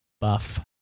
buff